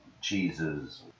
cheeses